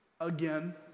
again